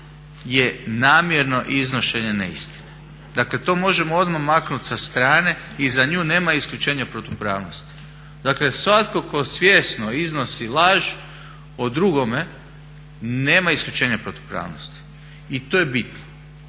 je namjerno iznošenje neistine. Dakle to možemo odmah maknuti sa strane i za nju nema isključenja protupravnosti. Dakle svatko tko svjesno iznosi laž o drugome nema isključenja protupravnosti. I to je bitno.